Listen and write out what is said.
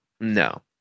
no